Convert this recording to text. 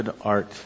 art